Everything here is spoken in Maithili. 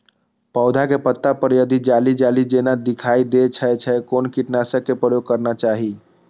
पोधा के पत्ता पर यदि जाली जाली जेना दिखाई दै छै छै कोन कीटनाशक के प्रयोग करना चाही?